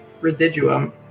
residuum